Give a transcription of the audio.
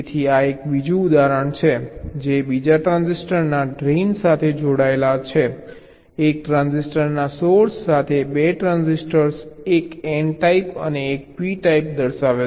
તેથી આ એક બીજું ઉદાહરણ છે જે બીજા ટ્રાન્ઝિસ્ટરના ડ્રેઇન સાથે જોડાયેલા એક ટ્રાન્ઝિસ્ટરના સોર્સ સાથે 2 ટ્રાન્ઝિસ્ટર એક n ટાઈપ એક p ટાઈપ દર્શાવે છે